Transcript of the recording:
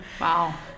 Wow